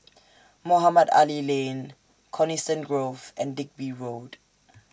Mohamed Ali Lane Coniston Grove and Digby Road